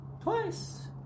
Twice